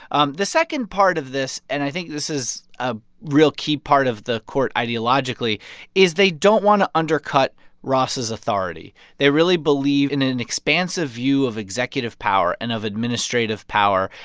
um the second part of this and i think this is a real key part of the court ideologically is they don't want to undercut ross' authority. they really believe in an an expansive view of executive power and of administrative power.